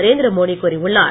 நரேந்திர மோடி கூறியுள்ளார்